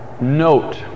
note